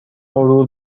غرور